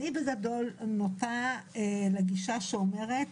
אני בגדול נוטה לגישה שאומרת